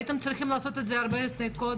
הייתם צריכים לעשות את זה הרבה קודם.